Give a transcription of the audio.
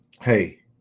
hey